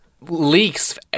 leaks